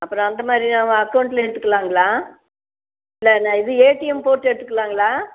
அப்புறம் அந்த மாதிரி அதை அக்கவுண்ட்டில் எடுத்துக்கலாங்களா இல்லை இந்த இது ஏடிஎம் போட்டு எடுத்துக்கலாங்களா